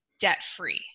debt-free